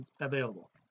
available